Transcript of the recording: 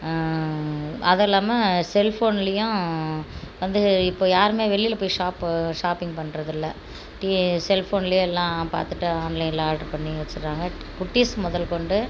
அதை இல்லாமல் செல் ஃபோன்லேயும் வந்து இப்போ யாருமே வெளியில் போய் ஷாப்பு ஷாப்பிங் பண்ணுறது இல்லை டி செல் ஃபோன்லேயே எல்லாம் பார்த்துட்டு ஆன்லைனில் ஆர்டர் பண்ணி வச்சுடுறாங்க குட்டீஸ் முதல் கொண்டு